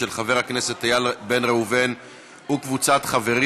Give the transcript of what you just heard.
של חבר הכנסת איל בן ראובן וקבוצת חברים.